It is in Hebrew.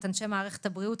את אנשי מערכת הבריאות,